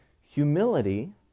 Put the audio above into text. Humility